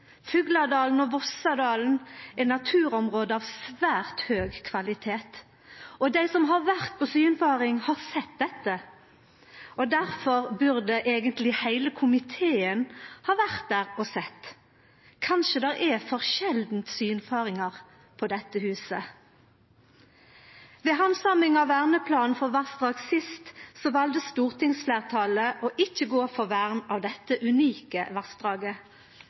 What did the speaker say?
Fugladalen og Vossadalen er naturområde av svært høg kvalitet. Dei som har vore på synfaring, har sett dette, og derfor burde eigentleg heile komiteen ha vore der og sett. Kanskje er det for sjeldan at vi på dette huset er på synfaringar? Ved handsaming av verneplanen for vassdrag sist valde stortingsfleirtalet ikkje å gå for vern av dette unike